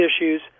issues